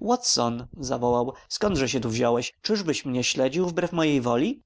watson zawołał skądże się tu wziąłeś czyżbyś mnie śledził wbrew mojej woli